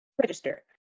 register